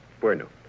Bueno